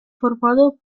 formado